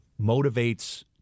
motivates